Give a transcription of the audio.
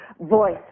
voice